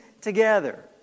together